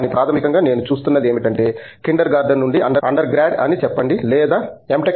కానీ ప్రాథమికంగా నేను చూస్తున్నది ఏమిటంటే కిండర్ గార్డెన్ నుండి అండర్ గ్రాడ్ అని చెప్పండి లేదా M